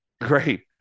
Great